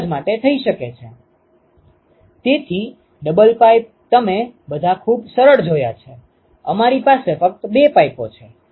તેથી double pipe તમે બધા ખૂબ સરળ જોયા છે અમારી પાસે ફક્ત બે પાઈપો છે